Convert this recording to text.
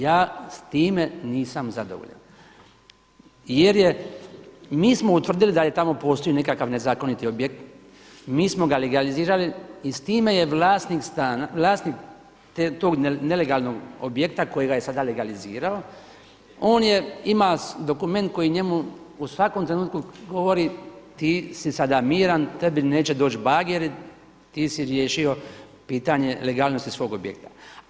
Ja s time nisam zadovoljan jer mi smo utvrdili da je tamo postoji nekakav nezakoniti objekt, mi smo ga legalizirali i s time je vlasnik tog nelegalnog objekta kojega je sada legalizirao, on ima dokument koji njemu u svakom trenutku govori ti si sada miran, tebi neće doći bageri, ti si riješio pitanje legalnosti svog objekta.